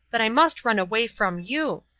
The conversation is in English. that i must run away from you.